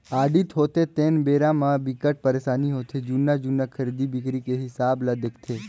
audit होथे तेन बेरा म बिकट परसानी होथे जुन्ना जुन्ना खरीदी बिक्री के हिसाब ल देखथे